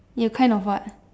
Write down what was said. you kind of what